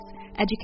education